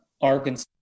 Arkansas